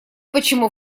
почему